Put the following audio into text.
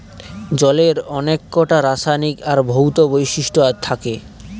জলের অনেককটা রাসায়নিক আর ভৌত বৈশিষ্ট্য থাকে